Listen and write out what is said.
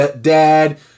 dad